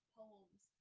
poems